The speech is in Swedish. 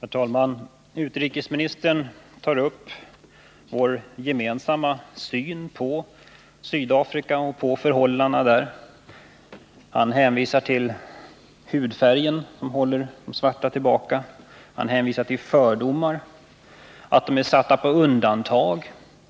Herr talman! Utrikesministern tog upp vår gemensamma syn på Sydafrika och förhållandena där. Han nämnde hudfärgen, som håller de svarta tillbaka, fördomar, att de svarta är satta på undantag